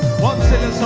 one seven